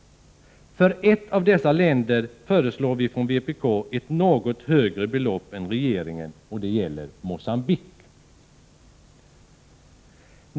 För ett av dessa länder föreslår vi ett något högre belopp än regeringen, och det gäller Mocambique.